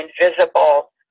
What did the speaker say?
invisible